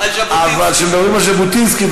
אבל כשמדברים על ז'בוטינסקי,